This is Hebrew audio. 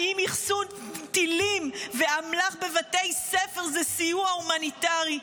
האם אחסון טילים ואמל"ח בבתי ספר זה סיוע הומניטרי?